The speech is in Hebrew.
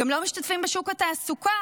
גם לא משתתפים בשוק התעסוקה.